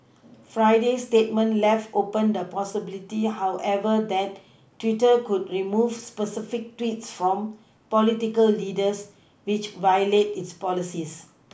Friday's statement left open the possibility however that Twitter could remove specific tweets from political leaders which violate its policies